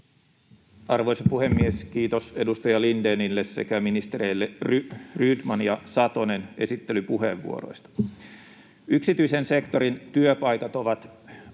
Arvoisa puhemies! Kiitos edustaja Lindénille sekä ministereille Rydman ja Satonen esittelypuheenvuoroista. Yksityisen sektorin työpaikat ovat